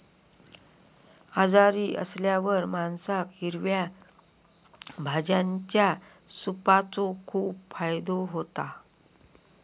आजारी असल्यावर माणसाक हिरव्या भाज्यांच्या सूपाचो खूप फायदो होता